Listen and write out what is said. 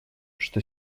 что